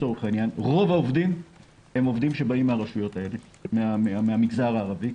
רוב העובדים באים מהמגזר הערבי.